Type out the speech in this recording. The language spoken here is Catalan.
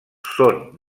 són